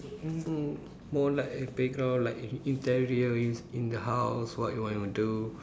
mm mm more like a playground like if if that real in in the house what you want to do